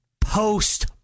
post